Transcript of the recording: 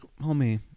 homie